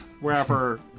wherever